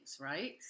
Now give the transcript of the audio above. right